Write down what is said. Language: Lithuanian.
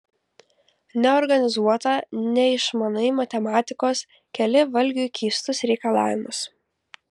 neorganizuota neišmanai matematikos keli valgiui keistus reikalavimus